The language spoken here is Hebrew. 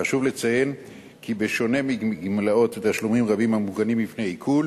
חשוב לציין כי בשונה מגמלאות ומתשלומים רבים המוגנים בפני עיקול,